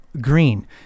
green